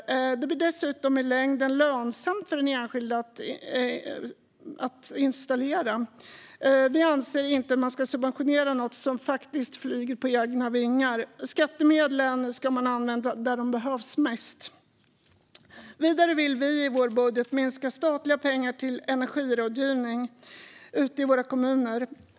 Det blir dessutom i längden lönsamt för den enskilde att installera. Vi anser inte att man ska subventionera något som faktiskt flyger på egna vingar. Skattemedlen ska användas där de behövs mest. Vidare vill vi i vår budget minska statliga pengar till energirådgivning ute i våra kommuner.